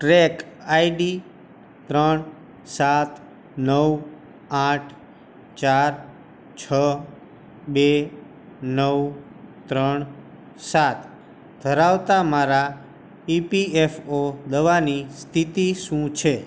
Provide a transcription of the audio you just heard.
track I D ત્રણ સાત નવ આઠ ચાર છ બે નવ ત્રણ સાત ધરાવતા મારા ઇ પી એફ ઓ દાવાની સ્થિતિ શું છે